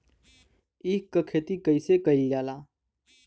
ईख क खेती कइसे कइल जाला?